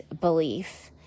belief